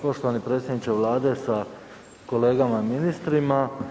Poštovani predsjedniče Vlade sa kolegama i ministrima.